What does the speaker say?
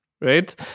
right